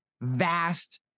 vast